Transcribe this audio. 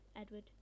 edward